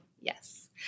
Yes